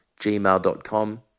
gmail.com